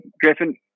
Griffin